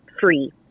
free